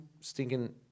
stinking